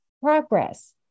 progress